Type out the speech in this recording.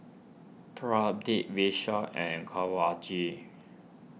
Pradip Vishal and Kanwaljit